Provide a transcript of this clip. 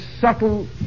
subtle